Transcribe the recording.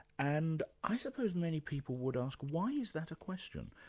and i suppose many people would ask why is that a question?